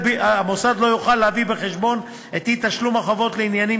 המוסד לא יוכל להביא בחשבון את אי-תשלום החוב לעניינים